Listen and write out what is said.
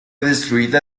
destruida